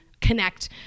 connect